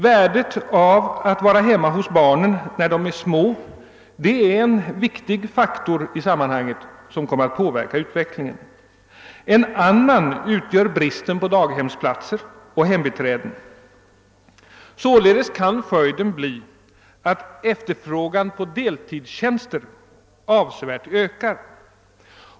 Värdet av att vara hemma hos barnen när de är små är en viktig faktor i detta sammanhang som kommer att påverka utvecklingen. En annan faktor är bristen på daghemsplatser och hembiträden. Således kan följden bli att efterfrågan på deltidstjänster avsevärt ökar.